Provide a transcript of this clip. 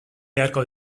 beharko